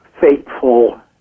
fateful